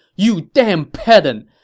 you damn pedant!